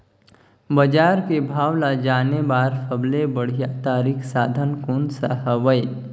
बजार के भाव ला जाने बार सबले बढ़िया तारिक साधन कोन सा हवय?